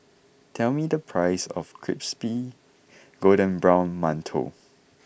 tell me the price of Crispy Golden Brown Mantou